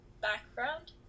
background